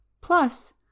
Plus